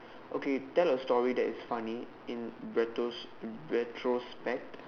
okay tell a story that is funny in retro~ retrospect